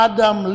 Adam